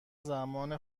زمان